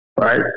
right